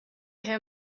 him